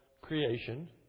creation